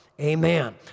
Amen